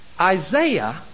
Isaiah